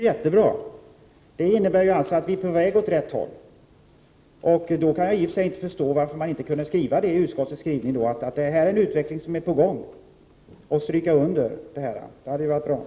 Fru talman! Det är jättebra, och det innebär att vi är på väg åt rätt håll. Jag förstår bara inte varför man i utskottsbetänkandet inte kunde skriva att denna utveckling var på gång. Det borde man ha understrukit.